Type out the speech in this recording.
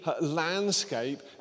landscape